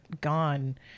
gone